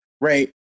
right